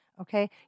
Okay